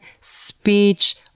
speech